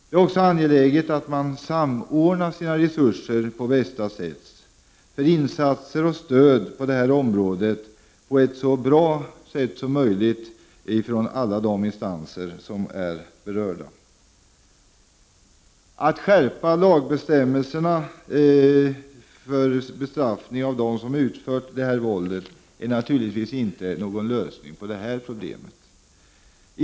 Det är också angeläget att resurserna samordnas för bästa möjliga insatser och stöd på detta område av alla berörda instanser. Att skärpa lagbestämmelserna för bestraffning av dem som utför detta våld är naturligtvis ingen lösning på problemet.